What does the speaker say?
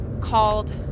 called